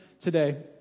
today